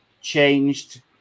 changed